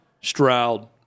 Stroud